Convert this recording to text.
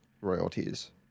royalties